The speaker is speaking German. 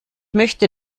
möchte